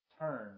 turn